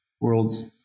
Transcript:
world's